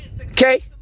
okay